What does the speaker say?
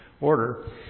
order